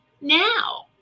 now